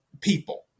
people